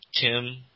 Tim